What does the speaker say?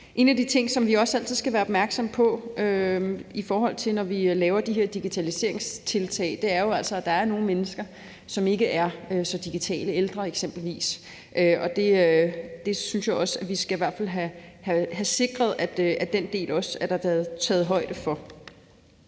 En af de ting, som vi også altid skal være opmærksomme på, når vi laver de her digitaliseringstiltag, er jo altså, at der er nogle mennesker, som ikke er så digitale, eksempelvis ældre, og jeg synes i hvert fald også, at vi skal have sikret, at den del er der også taget højde for.